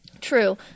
True